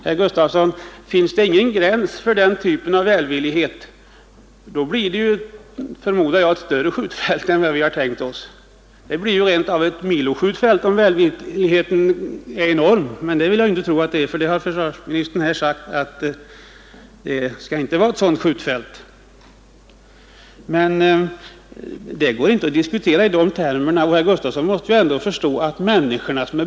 Herr Gustafsson i Uddevalla, finns det ingen gräns för den typen av välvilja, då blir det förmodar jag, ett större skjutfält än det vi tänkt oss. Det blir rent av ett miloskjutfält, om välviljan är enorm, men det vill jag inte tro att den är. Försvarsministern har ju sagt att det inte skall vara ett sådant skjutfält.